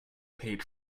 page